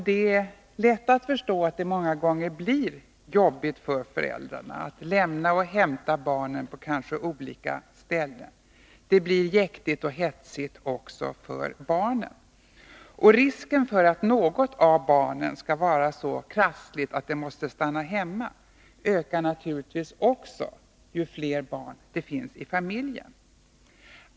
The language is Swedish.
Det är lätt att förstå att det blir jobbigt för föräldrarna att lämna och hämta barnen på kanske olika ställen. Det blir jäktigt och hetsigt också för barnen. Risken för att något av barnen skall vara så krassligt att det måste stanna hemma ökar naturligtvis också ju fler barn det finns i familjen.